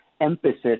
emphasis